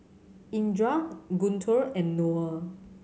Indra Guntur and Noah